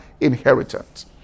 inheritance